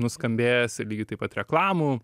nuskambėjęs ir lygiai taip pat reklamų